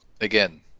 Again